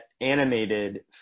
animated